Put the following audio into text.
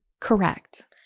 Correct